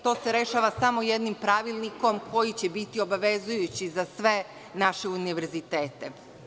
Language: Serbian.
To se rešava samo jednim pravilnikom koji će biti obavezujući za sve naše univerzitete.